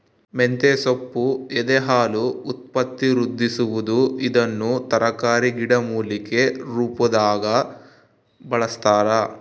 ಮಂತೆಸೊಪ್ಪು ಎದೆಹಾಲು ಉತ್ಪತ್ತಿವೃದ್ಧಿಸುವದು ಇದನ್ನು ತರಕಾರಿ ಗಿಡಮೂಲಿಕೆ ರುಪಾದಾಗೂ ಬಳಸ್ತಾರ